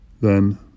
Then